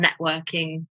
networking